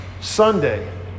Sunday